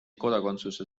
kodakondsuse